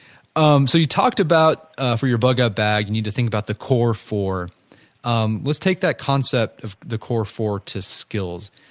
um so you talked about for your bug-out bag you need to think about their core-four. um let's take that concept of the core-four to skills.